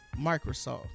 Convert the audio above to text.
Microsoft